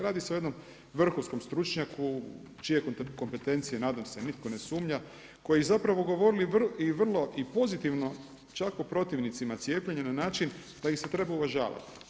Radi se o jednom vrhunskom stručnjaku u čije kompetencije nadam se nitko ne sumnja, koji zapravo govori i vrlo pozitivno čak o protivnicima cijepljenja na način da ih se treba uvažavati.